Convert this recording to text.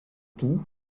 tout